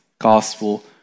gospel